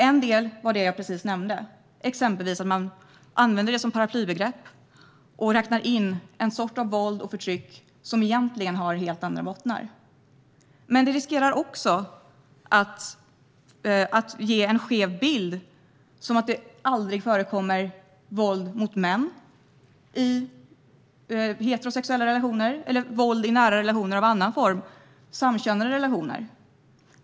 En del är det jag precis nämnde, exempelvis att man använder det som paraplybegrepp och räknar in en sorts våld och förtryck som egentligen har helt andra bottnar. Men det riskerar också att ge en skev bild, som att det aldrig skulle förekomma våld mot män i heterosexuella relationer eller våld i nära relationer av annan form - samkönade relationer.